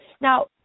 Now